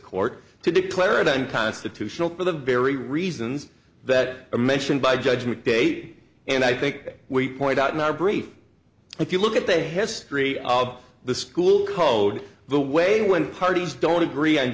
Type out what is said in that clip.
court to declare it unconstitutional for the very reasons that are mentioned by judgment date and i think we point out in our brief if you look at the history of the school called the way when parties don't agree on